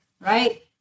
right